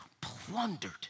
plundered